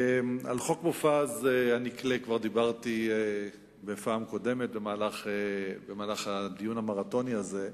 על חוק מופז הנקלה כבר דיברתי בפעם הקודמת במהלך הדיון המרתוני הזה.